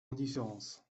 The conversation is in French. indifférence